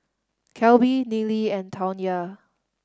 Kelby Nealy and Tawnya